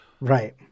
Right